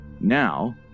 Now